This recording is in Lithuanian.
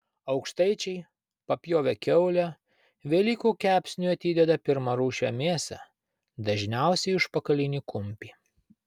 aukštaičiai papjovę kiaulę velykų kepsniui atideda pirmarūšę mėsą dažniausiai užpakalinį kumpį